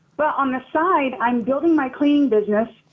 but on the side i'm building my cleaning business.